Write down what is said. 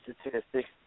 Statistics